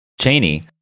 Cheney